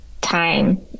time